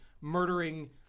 murdering